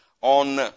on